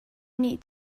nih